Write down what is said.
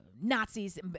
Nazis